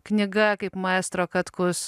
knyga kaip maestro katkus